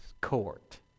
court